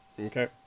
Okay